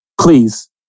please